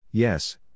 Yes